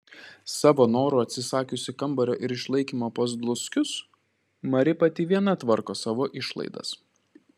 savo noru atsisakiusi kambario ir išlaikymo pas dluskius mari pati viena tvarko savo išlaidas